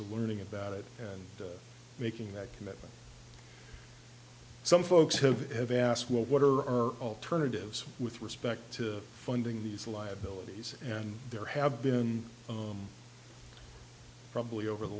of learning about it and making that commitment some folks who have asked well what are our alternatives with respect to funding these liabilities and there have been probably over the